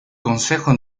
consejo